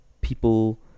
People